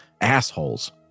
assholes